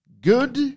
good